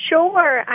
Sure